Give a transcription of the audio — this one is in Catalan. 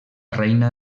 reina